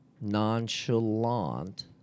nonchalant